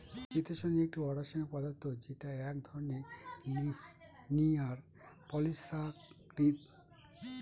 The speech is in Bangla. চিতোষণ একটি অরাষায়নিক পদার্থ যেটা এক ধরনের লিনিয়ার পলিসাকরীদ